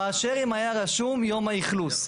מאשר אם היה רשום יום האכלוס.